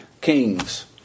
kings